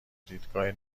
دیدگاه